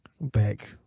back